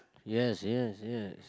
yes yes yes